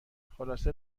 خلاصه